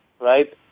right